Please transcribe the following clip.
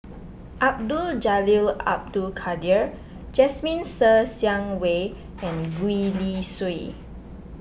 Abdul Jalil Abdul Kadir Jasmine Ser Xiang Wei and Gwee Li Sui